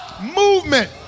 movement